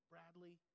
Bradley